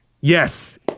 Yes